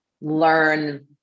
learn